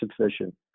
sufficient